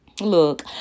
Look